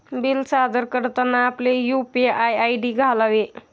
bill सादर करताना आपले यू.पी.आय आय.डी घालावे